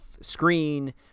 screen